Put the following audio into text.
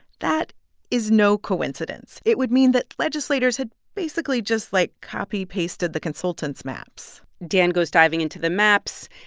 that is no coincidence. it would mean that legislators had basically just, like, copy-pasted the consultants' maps dan goes diving into the maps.